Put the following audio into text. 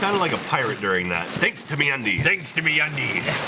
kind of like a pirate during that. thanks to me andy. thanks to me. i need